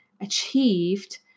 achieved